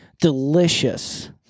delicious